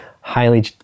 highly